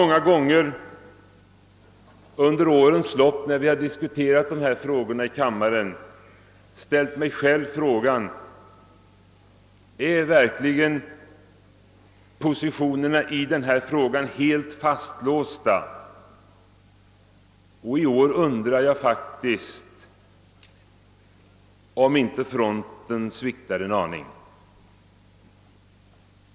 När vi under årens lopp har diskuterat dessa ting här i kammaren har jag många gånger ställt mig frågan, huruvida positionerna verkligen är helt fastlåsta. Men nu undrar jag om ändå inte fronten sviktar en aning.